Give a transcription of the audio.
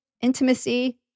intimacy